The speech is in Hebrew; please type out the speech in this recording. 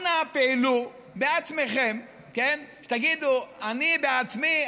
אנא פעלו בעצמכן ותגידו: אני בעצמי,